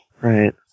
Right